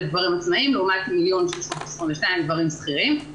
גברים עצמאיים לעומת 1,622,000 גברים שכירים.